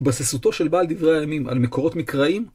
התבססותו של בעל דברי הימים על מקורות מקראים.